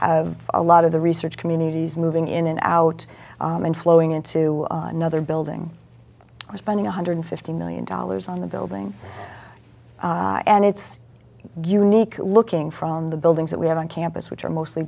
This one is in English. have a lot of the research communities moving in and out and flowing into another building spending one hundred fifty million dollars on the building and it's unique looking from the buildings that we have on campus which are mostly